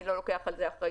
אני לא לוקח על זה אחריות.